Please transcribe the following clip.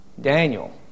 Daniel